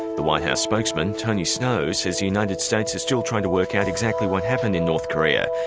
the white house spokesman, tony snow, says the united states is still trying to work out exactly what happened in north korea.